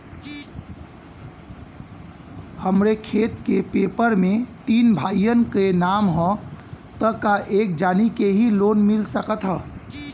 हमरे खेत के पेपर मे तीन भाइयन क नाम ह त का एक जानी के ही लोन मिल सकत ह?